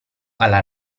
alla